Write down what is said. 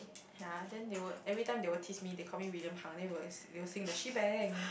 ya then they will every time they will tease me they call me William-Hung then will they will sing the She Bang